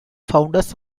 founders